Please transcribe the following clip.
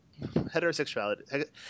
heterosexuality